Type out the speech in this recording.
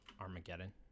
Armageddon